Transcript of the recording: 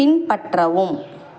பின்பற்றவும்